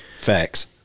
Facts